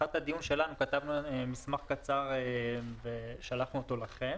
לקראת הדיון היום כתבנו מסמך קצר ושלחנו אותו אליכם.